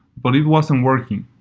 but it wasn't working.